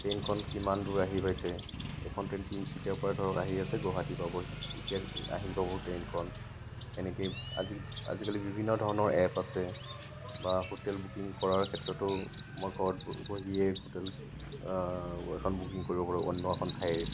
ট্ৰেইনখন কিমান দূৰ আহি পাইছে এখন ট্ৰেইন তিনিচুকীয়াৰপৰা ধৰক আহি আছে গুৱাহাটী পাবহি কেতিয়া আহি পাব ট্ৰেইনখন এনেকৈ আজি আজিকালি বিভিন্ন ধৰণৰ এপ আছে বা হোটেল বুকিং কৰাৰ ক্ষেত্ৰতো মই ঘৰত বহি বহিয়ে হোটেল এখন বুকিং কৰিব পাৰোঁ অন্য এখন ঠাইৰ